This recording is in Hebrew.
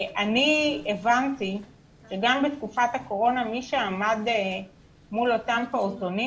אני הבנתי שגם בתקופת הקורונה מי שעמד מול אותם פעוטונים